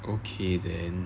okay then